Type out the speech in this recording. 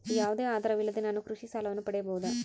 ಯಾವುದೇ ಆಧಾರವಿಲ್ಲದೆ ನಾನು ಕೃಷಿ ಸಾಲವನ್ನು ಪಡೆಯಬಹುದಾ?